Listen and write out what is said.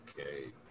okay